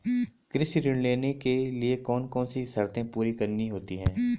कृषि ऋण लेने के लिए कौन कौन सी शर्तें पूरी करनी होती हैं?